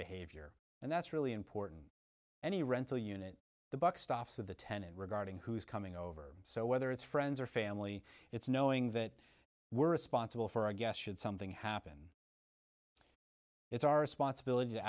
behavior and that's really important any rental unit the buck stops with the tenant regarding who is coming over so whether it's friends or family it's knowing that we're responsible for a guest should something happen it's our responsibility to